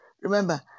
Remember